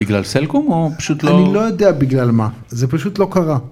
בגלל סלקום או? אני לא יודע בגלל מה, זה פשוט לא קרה.